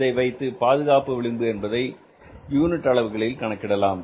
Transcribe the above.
இதை வைத்து பாதுகாப்பு விளிம்பு என்பதை யூனிட் அளவுகளில் கணக்கிடலாம்